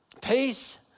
peace